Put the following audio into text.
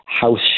House